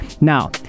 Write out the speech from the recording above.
Now